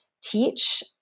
teach